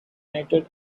united